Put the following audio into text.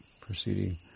proceeding